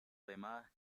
además